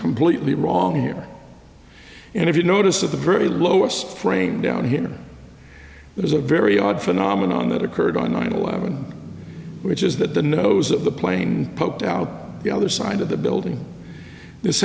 completely wrong here and if you notice at the very lowest frame down here it is a very odd phenomenon that occurred on nine eleven which is that the nose of the plane poked out the other side of the building this